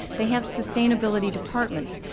they have sustainability departments,